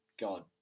God